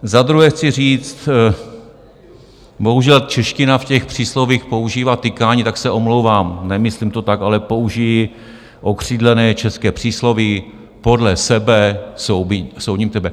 Za druhé chci říct, bohužel čeština v těch příslovích používá tykání, tak se omlouvám, nemyslím to tak, ale použiji okřídlené české přísloví podle sebe soudím tebe.